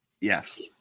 Yes